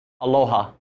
Aloha